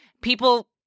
people